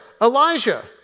Elijah